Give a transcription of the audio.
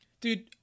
dude